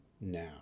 now